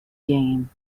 game